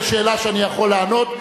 על שאלה שאני יכול לענות,